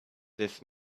this